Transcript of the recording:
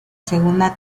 segunda